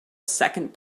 second